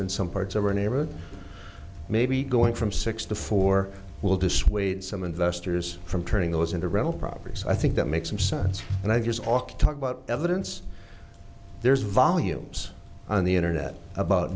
in some parts of our neighborhood maybe going from six to four will dissuade some investors from turning those into rental properties i think that makes some sense and i guess awk talk about evidence there's volumes on the internet about